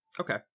Okay